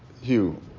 Hugh